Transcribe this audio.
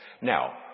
Now